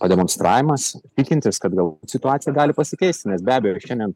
pademonstravimas tikintis kad gal situacija gali pasikeisti nes be abejo šiandien